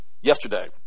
Yesterday